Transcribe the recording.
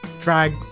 drag